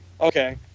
Okay